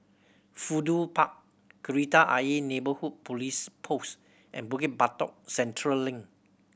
Fudu Park Kreta Ayer Neighbourhood Police Post and Bukit Batok Central Link